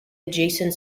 adjacent